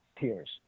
tears